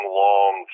long